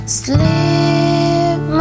sleep